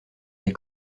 les